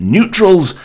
Neutrals